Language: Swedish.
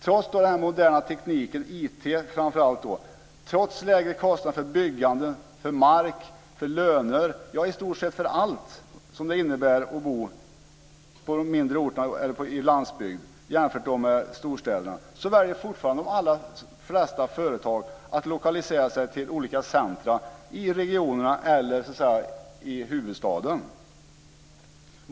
Trots framför allt den moderna informationstekniken, trots lägre kostnader för byggande, mark, löner och i stort sett allt som det innebär att bo på de mindre orterna eller på landsbygden jämfört med storstäderna, så väljer de allra flesta företag fortfarande att lokalisera sig till olika centrum i regionerna eller i huvudstaden.